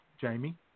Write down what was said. Jamie